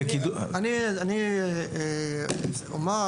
סליחה, שאני שואל.